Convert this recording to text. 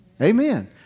Amen